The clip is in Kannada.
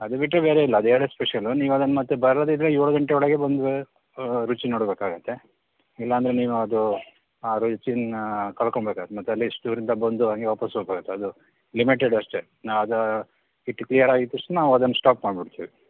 ಅದು ಬಿಟ್ಟರೆ ಬೇರೆ ಇಲ್ಲ ಅದೆರಡೇ ಸ್ಪೆಷಲು ನೀವದನ್ನು ಮತ್ತು ಬರೋದಿದ್ರೆ ಏಳು ಗಂಟೆಯೊಳಗೆ ಬಂದು ರುಚಿ ನೋಡಬೇಕಾಗತ್ತೆ ಇಲ್ಲಾಂದರೆ ನೀವು ಅದು ಆ ರುಚಿಯನ್ನ ಕಳ್ಕೊಬೇಕಾಗತ್ತೆ ಮತ್ತಲ್ಲಿ ಇಷ್ಟು ದೂರಿಂದ ಬಂದು ಹಾಗೆ ವಾಪಸು ಹೋಗಬೇಕಾಗತ್ತೆ ಅದು ಲಿಮಿಟೆಡ್ ಅಷ್ಟೇ ನಾ ಅದು ಹಿಟ್ಟು ಕ್ಲಿಯರ್ ಆಗಿದೆ ತಕ್ಷಣ ನಾವದನ್ನು ಸ್ಟಾಪ್ ಮಾಡಿಬಿಡ್ತೀವಿ